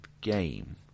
game